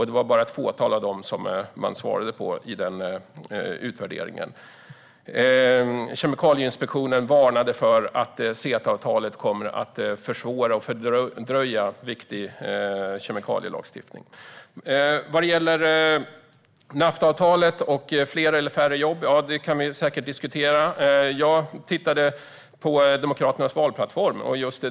Det var bara ett fåtal av dem som det fanns svar på i utvärderingen. Och Kemikalieinspektionen varnade för att CETA-avtalet kommer att försvåra och fördröja viktig kemikalielagstiftning. Vad gäller Naftaavtalet och fler eller färre jobb kan det säkert diskuteras. Jag tittade på Demokraternas valplattform.